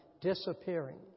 disappearing